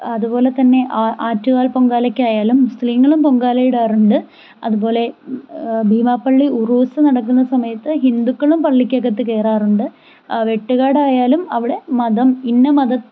അതുപോലെ തന്നെ ആറ്റുകാൽ പൊങ്കാലയ്ക്ക് ആയാലും മുസ്ലിമുകളും പൊങ്കാലയിടാറുണ്ട് അതുപോലെ ബീമാപള്ളി ഉറൂസ് നടക്കുന്ന സമയത്ത് ഹിന്ദുക്കളും പള്ളിക്കകത്ത് കയറാറുണ്ട് വെട്ടുകാട് ആയാലും അവിടെ മതം ഇന്ന മത